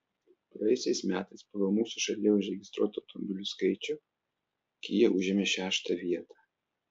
praėjusiais metais pagal mūsų šalyje užregistruotų automobilių skaičių kia užėmė šeštą vietą